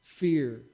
fear